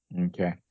Okay